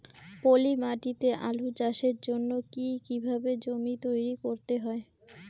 পলি মাটি তে আলু চাষের জন্যে কি কিভাবে জমি তৈরি করতে হয়?